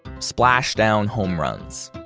splash down home runs.